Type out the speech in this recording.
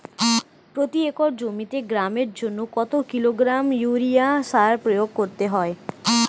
প্রতি একর জমিতে গমের জন্য কত কিলোগ্রাম ইউরিয়া সার প্রয়োগ করতে হয়?